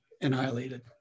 annihilated